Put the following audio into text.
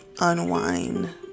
unwind